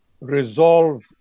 resolve